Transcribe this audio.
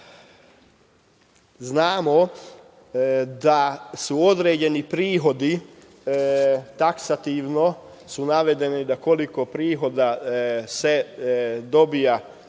Znamo da su određeni prihodi, taksativno su navedeni, koliko prihoda se dobija